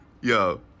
Yo